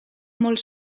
molt